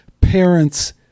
parents